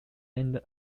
and